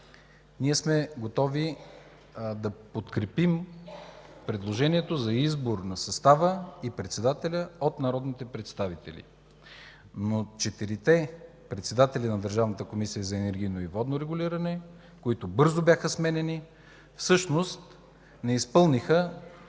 ние сме готови да подкрепим предложението за избор на състава и председателя от народните представители. Но четирите председатели на Държавната комисия за енергийно и водно регулиране, които бързо бяха сменяни, всъщност не изпълниха